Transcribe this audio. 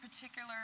particular